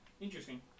Interesting